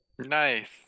nice